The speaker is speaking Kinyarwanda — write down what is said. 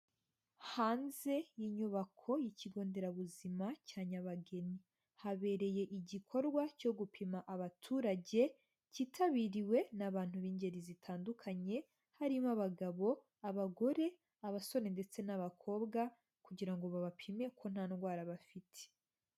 Hanze y'inyubako y'ikigo nderabuzima cya Nyabageni, habereye igikorwa cyo gupima abaturage kitabiriwe n'abantu b'ingeri zitandukanye harimo abagabo, abagore, abasore ndetse n'abakobwa kugira ngo babapime ko nta ndwara bafite.